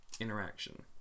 interaction